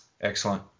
excellent